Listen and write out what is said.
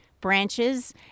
branches